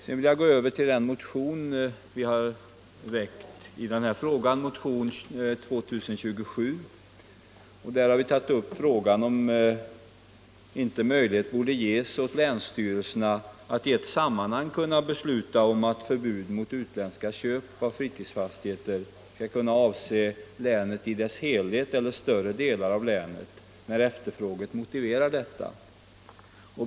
Sedan vill jag gå över till motionen 2027 som vi har väckt i den här frågan. Vi har tagit upp frågan om länsstyrelsernas möjligheter att i ett sammanhang besluta om förbud mot utländska uppköp av fritidsfastigheter avseende länet i dess helhet eller större delar av länet när efterfrågan motiverar det.